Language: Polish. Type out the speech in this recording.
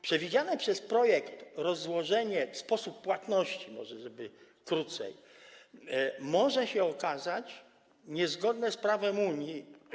Przewidziane przez projekt rozłożenie, sposób płatności, może krócej, może się okazać niezgodne z prawem Unii.